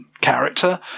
character